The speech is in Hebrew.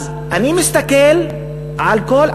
אז אני מסתכל על הכול,